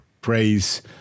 praise